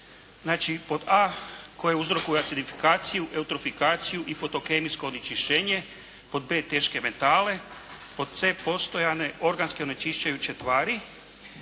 Znači pod a) koje uzrokuju acedifikaciju, eutrofikaciju i fotokemijsko onečišćenje, pod b) teške metale, pod c) postojane organske onečišćujuće tvari,